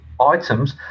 items